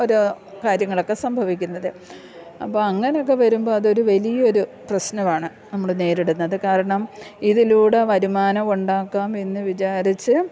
ഓരോ കാര്യങ്ങളൊക്കെ സംഭവിക്കുന്നത് അപ്പം അങ്ങനെയൊക്കെ വരുമ്പോൾ അതൊരു വലിയ ഒരു പ്രശ്നമാണ് നമ്മൾ നേരിടുന്നത് കാരണം ഇതിലൂടെ വരുമാനം ഉണ്ടാക്കാം എന്നു വിചാരിച്ചു